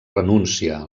renúncia